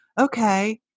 okay